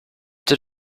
did